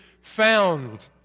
found